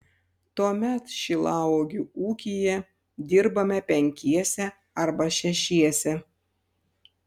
tuomet šilauogių ūkyje dirbame penkiese arba šešiese